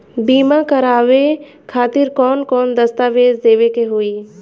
बीमा करवाए खातिर कौन कौन दस्तावेज़ देवे के होई?